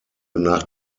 nach